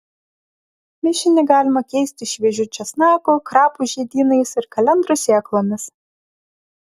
mišinį galima keisti šviežiu česnaku krapų žiedynais ir kalendrų sėklomis